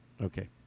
Okay